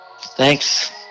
Thanks